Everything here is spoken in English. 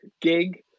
gig